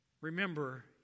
Remember